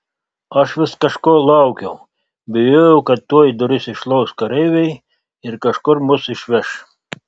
aš vis kažko laukiau bijojau kad tuoj duris išlauš kareiviai ir kažkur mus išveš